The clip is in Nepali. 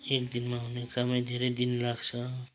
एक दिनमा हुने कामै धेरै दिन लाग्छ